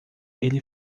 ele